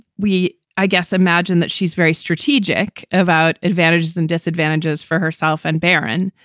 we i guess, imagine that she's very strategic about advantages and disadvantages for herself and baron.